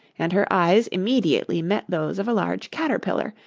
and her eyes immediately met those of a large caterpillar,